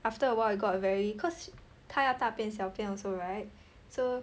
after awhile it got very cause 他要大便小便 also right so